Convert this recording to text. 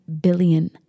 billion